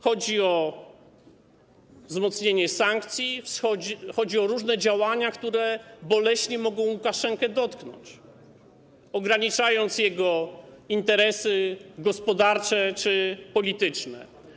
Chodzi o wzmocnienie sankcji, chodzi o różne działania, które boleśnie mogą Łukaszenkę dotknąć, ograniczając jego interesy gospodarcze czy polityczne.